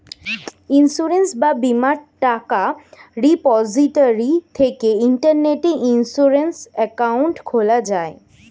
insurance বা বীমার টাকা রিপোজিটরি থেকে ইন্টারনেটে ইন্সুরেন্স অ্যাকাউন্ট খোলা যায়